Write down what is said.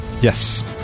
Yes